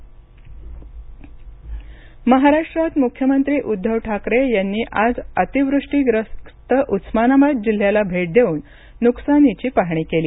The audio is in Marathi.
महाराष्ट् मख्यमंत्री महाराष्ट्रात मुख्यमंत्री उद्धव ठाकरे यांनी आज अतिवृष्टीग्रस्त उस्मानाबाद जिल्ह्याला भेट देऊन नुकसानीची पाहणी केली